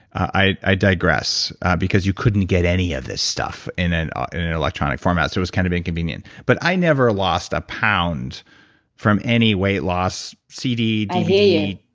i i digress because you couldn't get any of this stuff in an electronic format, so it was kind of inconvenient. but i never lost a pound from any weight loss cd, dvd,